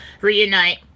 reunite